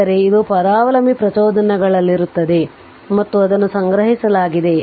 ಅಂದರೆ ಅದು ಪರಾವಲಂಬಿ ಪ್ರಚೋದನೆಗಳಲ್ಲಿರುತ್ತದೆ ಮತ್ತು ಅದನ್ನು ಸಂಗ್ರಹಿಸಲಾಗಿದೆ